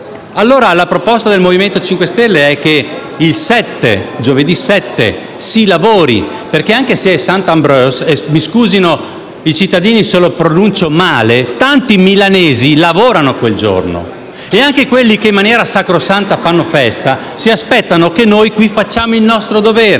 Dunque, la proposta del Movimento 5 Stelle è che giovedì 7 dicembre si lavori, perché anche se è *Sant'Ambroeus* - mi scusino i cittadini se lo pronuncio male - tanti milanesi quel giorno lavorano e anche quelli che in maniera sacrosanta fanno festa, si aspettano che noi facciamo il nostro dovere,